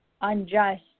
Unjust